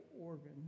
organ